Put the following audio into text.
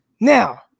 Now